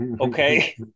Okay